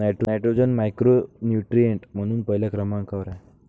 nitrogen macronutrient म्हणून पहिल्या क्रमांकावर आहे